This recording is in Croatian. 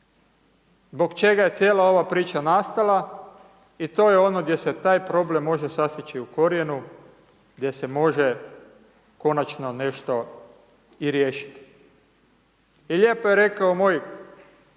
zbog čega je cijela ova priča nastala, i to je ono gdje se taj problem može sasjeći u korijenu, gdje se može konačno nešto i riješiti. I lijepo je rekao moj